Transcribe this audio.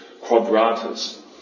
Quadratus